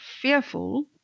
fearful